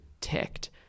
ticked